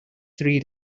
three